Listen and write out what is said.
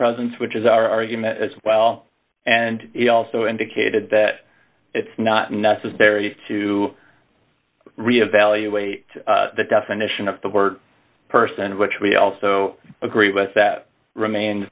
presence which is our argument as well and he also indicated that it's not necessary to re evaluate the definition of the word person which we also agree with that remain